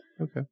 Okay